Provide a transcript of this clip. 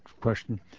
question